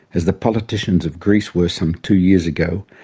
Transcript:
as the politicians of greece were some two years ago,